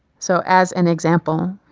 so, as an example,